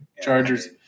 Chargers